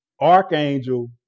Archangel